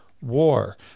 War